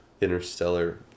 interstellar